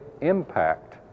impact